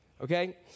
Okay